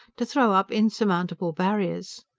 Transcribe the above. to throw up insurmountable barriers.